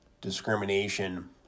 discrimination